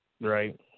Right